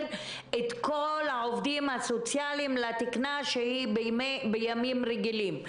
את כל העובדים הסוציאליים לתקינה שהיא בימים רגילים,